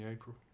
April